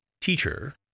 teacher